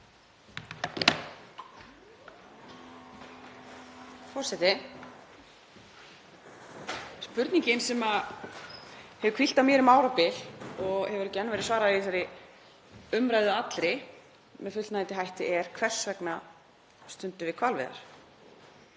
Forseti. Spurningin sem hefur hvílt á mér um árabil og hefur ekki enn verið svarað í þessari umræðu allri með fullnægjandi hætti er: Hvers vegna stundum við hvalveiðar?